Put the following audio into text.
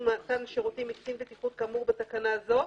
מתן שירותים מקצין הבטיחות כאמור בתקנה זו,